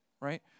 right